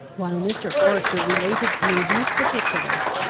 while mr. forester related to me these particulars,